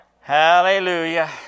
Hallelujah